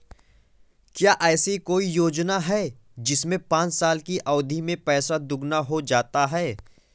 क्या ऐसी कोई योजना है जिसमें पाँच साल की अवधि में पैसा दोगुना हो जाता है?